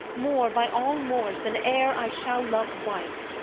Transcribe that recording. more, by all mores, than ere i shall love wife.